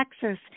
Texas